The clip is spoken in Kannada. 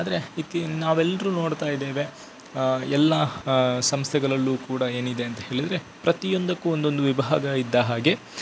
ಆದರೆ ಇತ್ತ ನಾವೆಲ್ಲರೂ ನೋಡ್ತಾಯಿದ್ದೇವೆ ಎಲ್ಲಾ ಸಂಸ್ಥೆಗಳಲ್ಲೂ ಕೂಡ ಏನಿದೆ ಅಂತ ಹೇಳಿದ್ರೆ ಪ್ರತಿಯೊಂದಕ್ಕೂ ಒಂದೊಂದು ವಿಭಾಗ ಇದ್ದ ಹಾಗೆ